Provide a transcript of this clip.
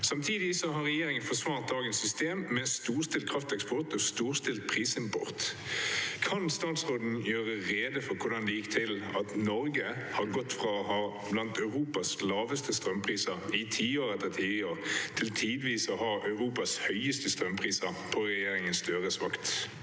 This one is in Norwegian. Samtidig har regjeringen forsvart dagens system med storstilt krafteksport og storstilt prisimport. Kan statsråden gjøre rede for hvordan det gikk til at Norge har gått fra å ha blant Europas laveste strømpriser i tiår etter tiår, til tidvis å ha Europas høyeste strømpriser – på regjeringen Støres vakt?»